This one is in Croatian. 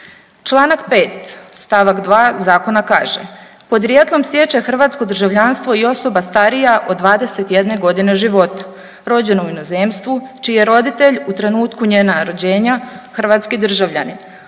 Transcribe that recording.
Čl. 5. st. 2. zakona kaže podrijetlom stječe hrvatsko državljanstvo i osoba starija od 21.g. života rođena u inozemstvu čiji je roditelj u trenutku njena rođenja hrvatski državljanin